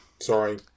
sorry